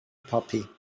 puppy